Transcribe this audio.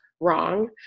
wrong